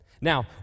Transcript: Now